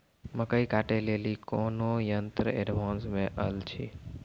मकई कांटे ले ली कोनो यंत्र एडवांस मे अल छ?